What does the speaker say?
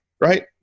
right